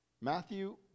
Matthew